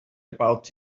about